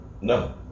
No